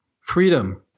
freedom